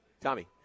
tommy